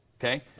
Okay